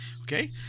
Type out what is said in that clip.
Okay